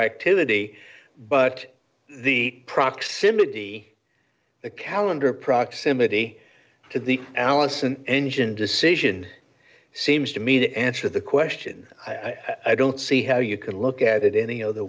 activity but the proximity the calendar proximity to the allison engine decision seems to me to answer the question i don't see how you can look at it any other